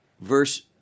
Verse